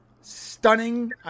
stunning